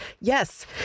yes